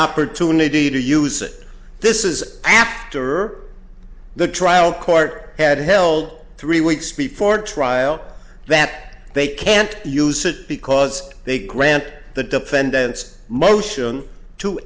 opportunity to use it this is after the trial court had held three weeks before trial that they can't use it because they grant the defendants motion to